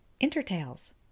Intertales